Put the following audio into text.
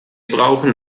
brauchen